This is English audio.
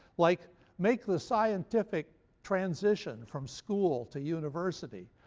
like make the scientific transition from school to university.